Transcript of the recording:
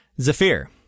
Zafir